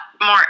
more